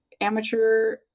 amateur